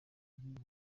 mujyi